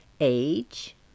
age